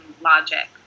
logic